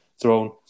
throne